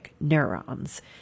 neurons